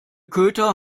köter